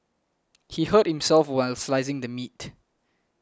he hurt himself while slicing the meat